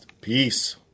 Peace